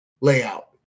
layout